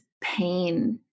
pain